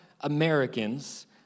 Americans